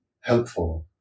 helpful